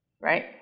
right